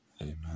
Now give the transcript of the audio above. Amen